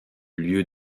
lieu